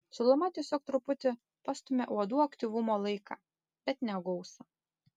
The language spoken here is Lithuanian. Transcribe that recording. šiluma tiesiog truputį pastumia uodų aktyvumo laiką bet ne gausą